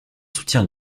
soutien